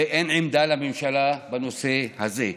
ואין לממשלה עמדה בנושא הזה.